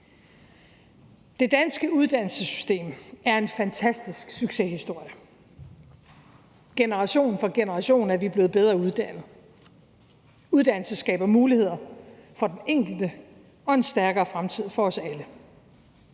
Det danske uddannelsessystem er en fantastisk succeshistorie. Generation for generation er vi blevet bedre uddannet. Uddannelse skaber muligheder for den enkelte og en stærkere fremtid for os alle.